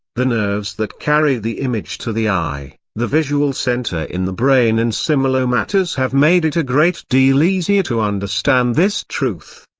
the nerves that carry the image to the eye, the visual center in the brain and similar matters have made it a great deal easier to understand this truth.